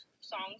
songs